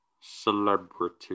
celebrity